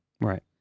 Right